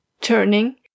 Turning